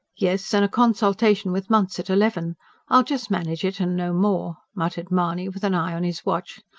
yes and a consultation with munce at eleven i'll just manage it and no more, muttered mahony with an eye on his watch.